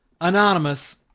Anonymous